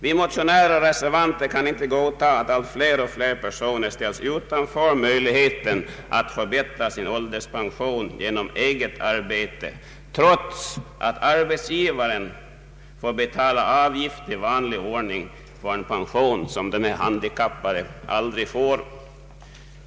Vi motionärer och reservanter kan inte godtaga att allt fler ställs utan möjlighet att förbättra sin ålderspension genom eget arbete, trots att arbetsgivaren får betala avgift i vanlig ordning för en pension som den handikappade aldrig får.